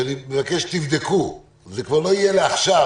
שאני מבקש שתבדקו, זה כבר לא יהיה לעכשיו.